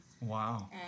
Wow